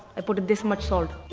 i put in this much salt.